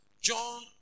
John